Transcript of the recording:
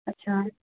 ଆଚ୍ଛା